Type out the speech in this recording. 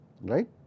right